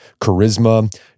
charisma